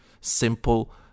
simple